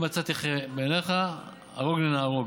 אם מצאתי חן בעיניך, "הרגני נא הרֹג".